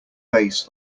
base